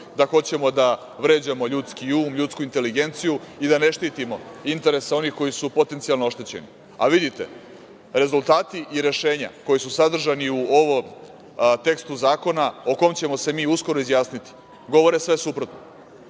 da hoćemo da vređamo ljudski um, ljudsku inteligenciju i da ne štitimo interese onih koji su potencijalno oštećeni. Vidite, rezultati i rešenja koji su sadržani u ovom tekstu zakona, o kom ćemo se mi uskoro izjasniti, govore sve suprotno.